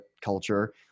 culture